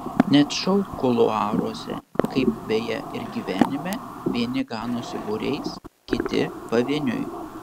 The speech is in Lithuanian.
net šou kuluaruose kaip beje ir gyvenime vieni ganosi būriais kiti pavieniui